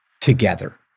together